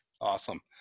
Awesome